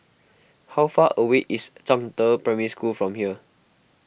how far away is Zhangde Primary School from here